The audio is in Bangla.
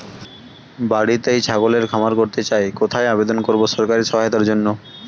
বাতিতেই ছাগলের খামার করতে চাই কোথায় আবেদন করব সরকারি সহায়তার জন্য?